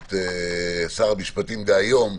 את שר המשפטים דהיום,